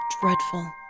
dreadful